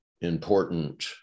important